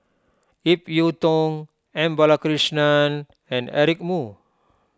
Ip Yiu Tung M Balakrishnan and Eric Moo